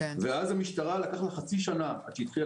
ואז למשטרה לקח חצי שנה עד שהיא התחילה